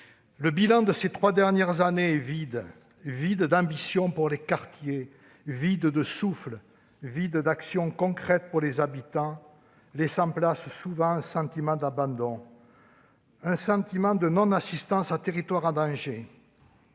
Le bilan de ces trois dernières années est vide : vide d'ambition pour les quartiers, vide de souffle, vide d'actions concrètes pour les habitants ... laissant place, souvent, à un sentiment d'abandon, un sentiment de « non-assistance à territoire en danger